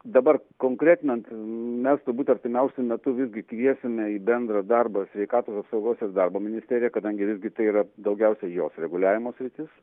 dabar konkretinant mes turbūt artimiausiu metu visgi kviesime į bendrą darbą sveikatos apsaugos ir darbo ministeriją kadangi visgi tai yra daugiausiai jos reguliavimo sritis